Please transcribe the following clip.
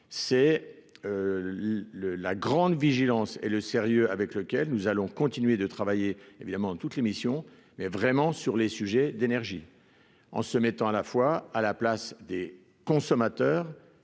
c'est le la grande vigilance et le sérieux avec lequel nous allons continuer de travailler évidemment toute l'émission, mais vraiment sur les sujets d'énergie en se mettant à la fois à la place des consommateurs,